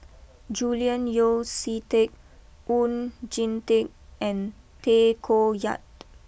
Julian Yeo see Teck Oon Jin Teik and Tay Koh Yat